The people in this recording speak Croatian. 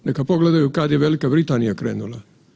Neka pogledaju kad je Velika Britanija krenula.